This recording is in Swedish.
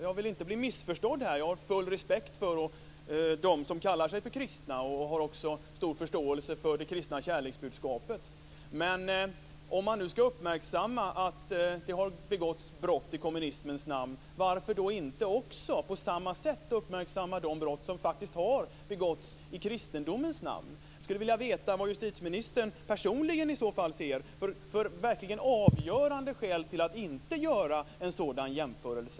Jag vill inte bli missförstådd, för jag har full respekt för dem som kallar sig för kristna och stor förståelse för det kristna kärleksbudskapet. Men om man nu skall uppmärksamma att det har begåtts brott i kommunismens namn, varför då inte på samma sätt uppmärksamma de brott som faktiskt har begåtts i kristendomens namn? Jag skulle vilja veta vad justitieministern personligen ser för verkligt avgörande skäl för att inte göra en sådan jämförelse.